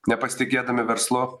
nepasitikėdami verslu